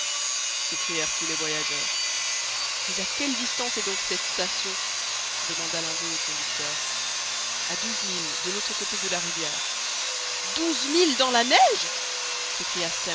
s'écrièrent tous les voyageurs mais à quelle distance est donc cette station demanda l'un d'eux au conducteur a douze milles de l'autre côté de la rivière douze milles dans la neige